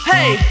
Hey